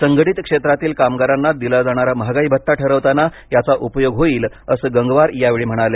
संघटित क्षेत्रातील कामगारांना दिला जाणारा महागाई भत्ता ठरवताना याचा उपयोग होईल असं गंगवार यावेळी म्हणाले